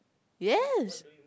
yes